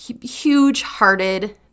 huge-hearted